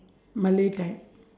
malay type